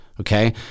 Okay